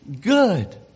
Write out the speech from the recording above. good